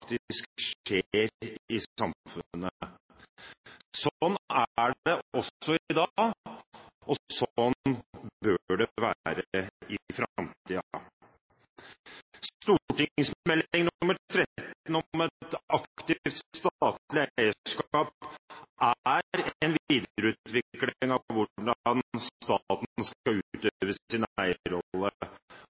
det også i dag, og sånn bør det være i framtiden. Meld. St. 13 om et aktivt statlig eierskap er en videreutvikling av hvordan staten skal utøve sin eierrolle